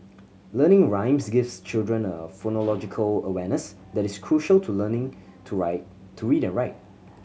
learning rhymes gives children a phonological awareness that is crucial to learning to ride to read and write